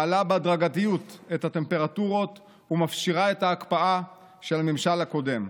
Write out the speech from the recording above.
מעלה בהדרגתיות את הטמפרטורות ומפשירה את ההקפאה של הממשל הקודם.